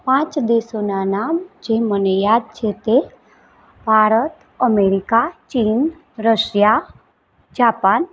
પાંચ દેશોનાં નામ જે મને યાદ છે તે ભારત અમૅરિકા ચીન રશિયા જાપાન